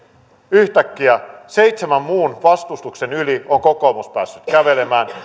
yhtäkkiä seitsemän muun vastustuksen yli on kokoomus päässyt kävelemään